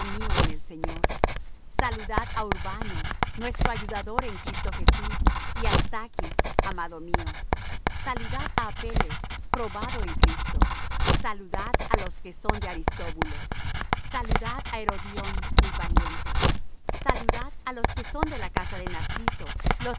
mío en el señor saludad á urbano nuestro ayudador en cristo jesús y á stachs amado mío saludad á apeles probado en cristo saludad á los que son de aristóbulo saludad á herodión mi pariente saludad á los que son de la casa de narciso los